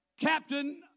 Captain